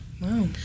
Wow